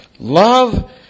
Love